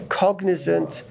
cognizant